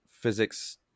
physics